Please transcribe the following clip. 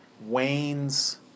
wanes